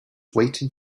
waiting